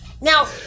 Now